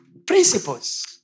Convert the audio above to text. Principles